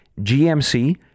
GMC